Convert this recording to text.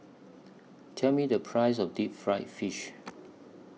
Tell Me The Price of Deep Fried Fish